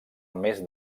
més